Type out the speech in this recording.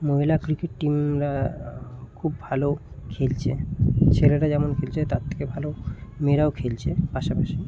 মহিলা ক্রিকেট টিমরা খুব ভালো খেলছে ছেলেরা যেমন খেলছে তার থেকে ভালো মেয়েরাও খেলছে পাশাপাশি